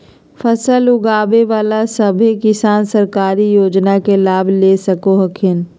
फसल उगाबे बला सभै किसान सरकारी योजना के लाभ ले सको हखिन